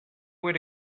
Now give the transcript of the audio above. where